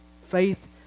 faith